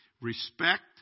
respect